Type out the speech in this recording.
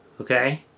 Okay